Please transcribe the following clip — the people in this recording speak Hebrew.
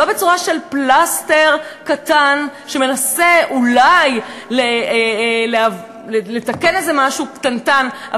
לא בצורה של פלסטר שמנסה אולי לתקן איזה משהו קטנטן.